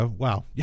Wow